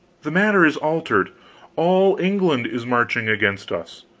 the matter is altered all england is marching against us!